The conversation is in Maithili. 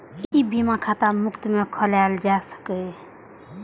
ई बीमा खाता मुफ्त मे खोलाएल जा सकैए